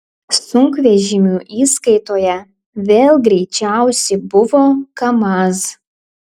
sunkvežimių įskaitoje vėl greičiausi buvo kamaz